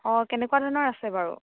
অ' কেনেকুৱা ধৰণৰ আছে বাৰু